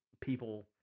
people